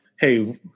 Hey